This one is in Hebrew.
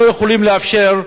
לא יכולים לאפשר,